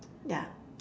yeah